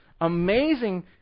amazing